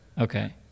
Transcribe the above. Okay